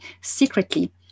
secretly